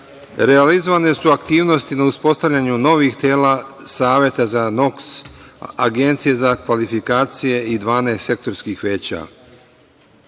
realizovane su aktivnosti na uspostavljanju novih tela Saveta za NOKS, Agencije za kvalifikacije i 12 sektorskih veća.U